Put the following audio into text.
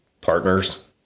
partners